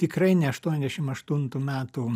tikrai ne aštuoniasdešim aštuntų metų